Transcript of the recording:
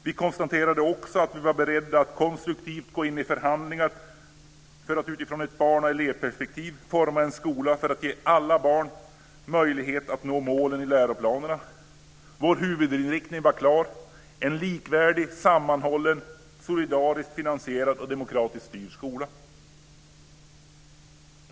Vi konstaterade också att vi var beredda att konstruktivt gå in i förhandlingar för att utifrån ett barn och elevperspektiv forma en skola för att ge alla barn möjlighet att nå målen i läroplanerna. Vår huvudinriktning var klar: en likvärdig, sammanhållen, solidariskt finansierad och demokratiskt styrd skola.